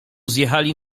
zjechali